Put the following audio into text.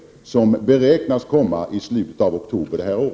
Detta delbetänkande beräknas komma i slutet av oktober detta år.